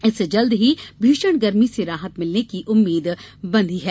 इससे जल्दी ही भीषण गर्मी से राहत मिलने की उम्मीद् बंधी है